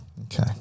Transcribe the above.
Okay